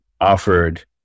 offered